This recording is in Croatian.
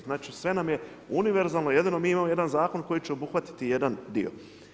Znači sve nam je univerzalno jedino mi imamo jedan zakon koji će obuhvatiti jedan dio.